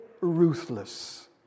ruthless